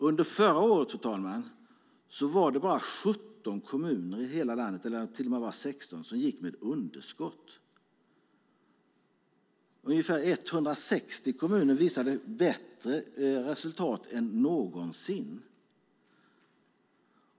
Under förra året, fru talman, var det bara 17 kommuner i landet eller till och med 16 som gick med underskott. Ungefär 160 kommuner visade bättre resultat är någonsin.